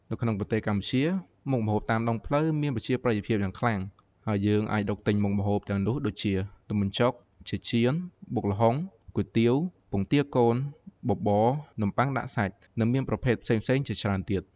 នៅក្នុងប្រទេសកម្ពុជា មុខម្ហូបតាមដងផ្លូវមានប្រជាប្រិយភាពយ៉ាងខ្លាំង ហើយយើងអាចរកទិញមុខម្ហូបទាំងនោះដូចជា៖ នំបញ្ចុក ចេកចៀន បុកល្ហុង គុយទាវ ពងទាកូន បបរ នំប៉័ងដាក់សាច់ និងមានប្រភេទផ្សេងៗជាច្រើនទៀត។